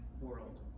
world